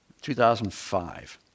2005